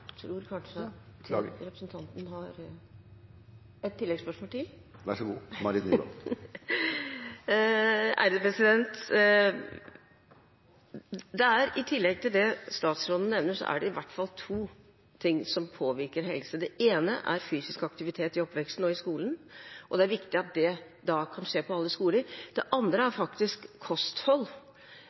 det i hvert fall to ting som påvirker helse. Det ene er fysisk aktivitet i oppveksten og i skolen, og det er viktig at det kan skje på alle skoler. Det andre er faktisk kosthold